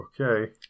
Okay